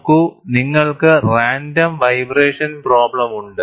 നോക്കൂ നിങ്ങൾക്ക് random vibration problem ഉണ്ട്